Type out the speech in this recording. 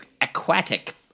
aquatic